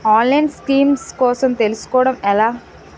ఆన్లైన్లో స్కీమ్స్ కోసం తెలుసుకోవడం ఎలా?